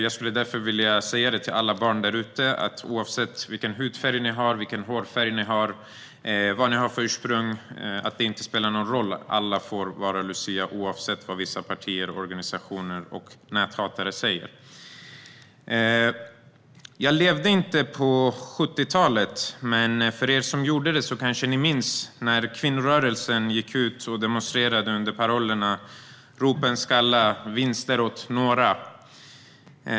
Jag skulle därför vilja säga till alla barn där ute att det inte spelar någon roll vilken hud eller hårfärg ni har eller vad ni har för ursprung. Alla får vara lucia, oavsett vad vissa partier, organisationer och näthatare säger. Jag levde inte på 70-talet, men ni som gjorde det kanske minns när kvinnorörelsen gick ut och demonstrerade under parollen "ropen skalla, vinster åt några".